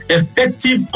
effective